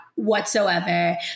whatsoever